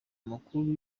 amakuru